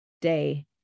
day